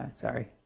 Sorry